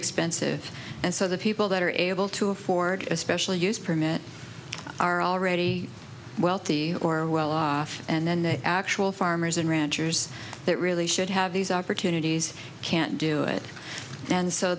expensive and so the people that are able to afford a special use permit are already wealthy or well off and then the actual farmers and ranchers that really should have these opportunities can't do it and so